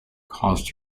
caused